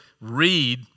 read